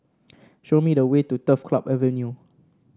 show me the way to Turf Club Avenue